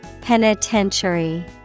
penitentiary